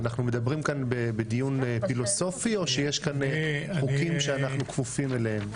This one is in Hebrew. אנחנו מדברים פה בדיון פילוסופי או שיש כאן חוקים שאנחנו כפופים אליהם?